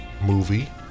movie